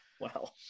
wow